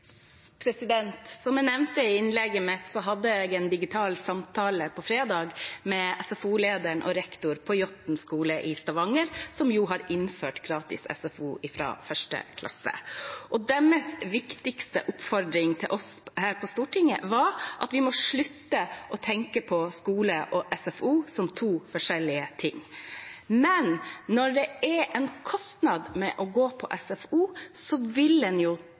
Som jeg nevnte i innlegget mitt, hadde jeg en digital samtale på fredag med SFO-lederen og rektor på Jåtten skole i Stavanger, som har innført gratis SFO fra 1. klasse. Deres viktigste oppfordring til oss her på Stortinget var at vi må slutte å tenke på skole og SFO som to forskjellige ting. Men når det er en kostnad med å gå på SFO, vil